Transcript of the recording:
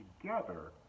together